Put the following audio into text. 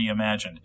reimagined